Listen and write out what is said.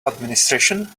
administration